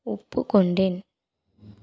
ஒப்புக்கொண்டேன்